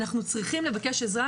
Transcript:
אנחנו צריכים לבקש עזרה,